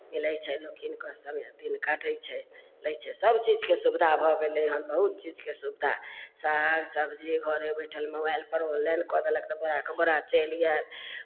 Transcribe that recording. मिलै छै लोक कीन कऽ समय अथि दिन काटै छै लै छै सभ चीजके सुविधा भऽ गेलै हन बहुत चीजके सुविधा साग सबजी घरे बैठल मोबाइलपर ऑनलाइन कऽ देलक तऽ भराक भराक चलि गेल